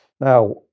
Now